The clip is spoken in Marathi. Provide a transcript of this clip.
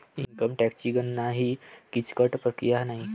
इन्कम टॅक्सची गणना ही किचकट प्रक्रिया नाही